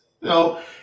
No